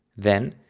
then,